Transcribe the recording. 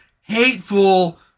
hateful